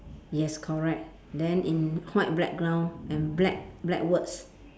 yes correct then in white background and black black words